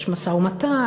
יש משא-ומתן,